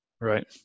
Right